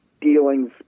dealings